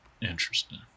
Interesting